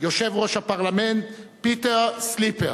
יושב-ראש הפרלמנט פיטר סליפר.